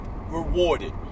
rewarded